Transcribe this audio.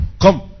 come